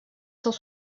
cent